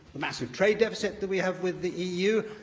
the massive trade deficit that we have with the eu,